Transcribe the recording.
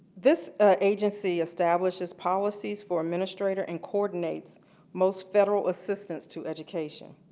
this agency establishes policies for administrator and coordinates most federal assistance to education.